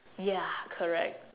ya correct